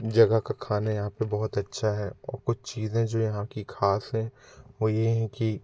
जगह का खाना यहाँ पे बहुत अच्छा है कुछ चीज़ें जो यहाँ की खास है वो ये है कि